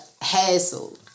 hassle